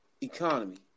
economy